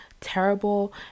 terrible